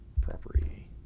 property